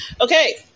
Okay